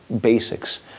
basics